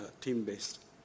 team-based